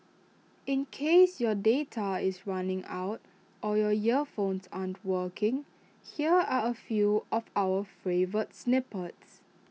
in case your data is running out or your earphones aren't working here are A few of our favourite snippets